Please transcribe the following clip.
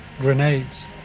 grenades